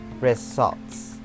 results